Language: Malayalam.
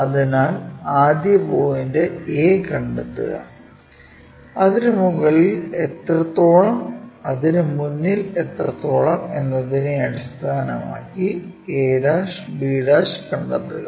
അതിനാൽ ആദ്യ പോയിന്റ് a കണ്ടെത്തുക അതിനുമുകളിൽ എത്രത്തോളം അതിനുമുന്നിൽ എത്രത്തോളം എന്നതിനെ അടിസ്ഥാനമാക്കി a' b' കണ്ടെത്തുക